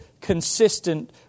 consistent